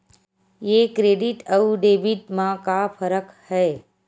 ये क्रेडिट आऊ डेबिट मा का फरक है?